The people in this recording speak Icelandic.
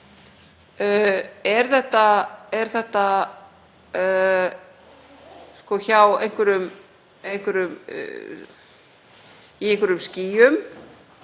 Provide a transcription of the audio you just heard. Er þetta í einhverjum skýjum?